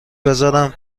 بذارم